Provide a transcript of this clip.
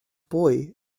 boy